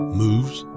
moves